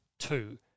two